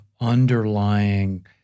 underlying